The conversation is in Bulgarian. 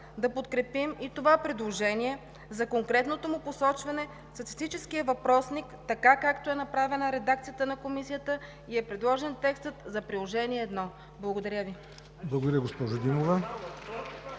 да подкрепим и това предложение за конкретното му посочване в статистическия въпросник, както е направена редакцията на Комисията и е предложен текстът за Приложение № 1. Благодаря.